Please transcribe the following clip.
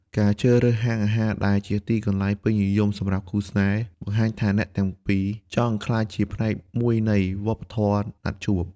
ការជ្រើសរើសហាងអាហារដែលជាកន្លែងពេញនិយមសម្រាប់គូស្នេហ៍ បង្ហាញថាអ្នកទាំងពីរចង់ក្លាយជាផ្នែកមួយនៃវប្បធម៌ណាត់ជួប។